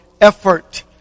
effort